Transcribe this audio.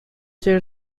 جـر